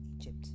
Egypt